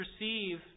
receive